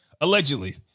allegedly